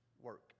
work